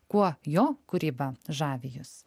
kuo jo kūryba žavi jus